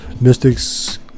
mystics